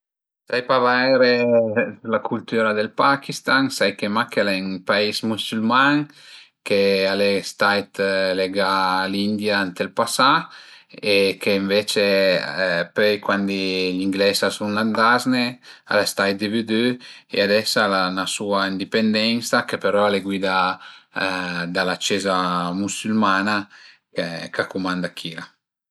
Sai pa vaire d'la cultüra dël Pakistan, sai mach ch'al e ün pais müsülman, che al e stait lega a l'India ënt ël pasà e che ënvece pöi cuandi gli ingleis a sun andazne al e stait dividü e ades al a 'na sua indipendensa che però al e guidà da la cieza müsülman-a ch'a cumanda chila